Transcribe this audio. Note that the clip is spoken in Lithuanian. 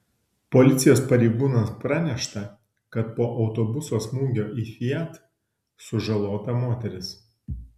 policijos pareigūnams pranešta kad po autobuso smūgio į fiat sužalota moteris